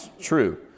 True